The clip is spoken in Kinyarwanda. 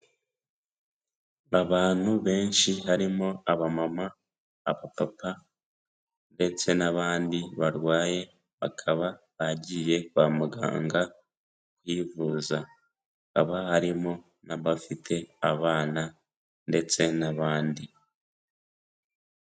Abantu benshi harimo abamama, abapapa ndetse n'abandi barwaye, bakaba bagiye kwa muganga kwivuza, hakaba harimo n'abafite abana ndetse n'abandi.